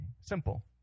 Simple